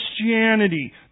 Christianity